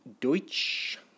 Deutsch